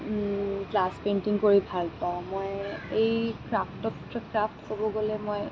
glass painting কৰি ভাল পাওঁ মই এই ক্ৰাফ্টত ক্ৰাফ্ট ক'ব গ'লে মই